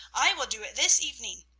i will do it this evening.